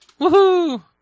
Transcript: woohoo